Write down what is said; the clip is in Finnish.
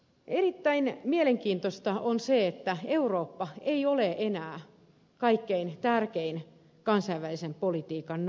erittäin mielenkiintoista on se että eurooppa ei ole enää kaikkein tärkein kansainvälisen politiikan napa